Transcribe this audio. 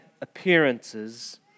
appearances